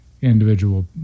individual